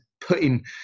putting